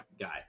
guy